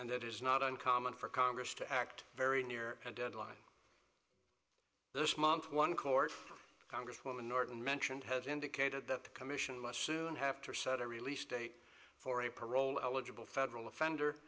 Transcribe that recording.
it is not uncommon for congress to act very near a deadline this month one court congresswoman norton mentioned has indicated that the commission must soon have to set a release date for a parole eligible federal offender